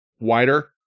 wider